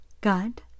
God